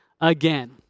again